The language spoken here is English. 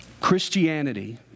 Christianity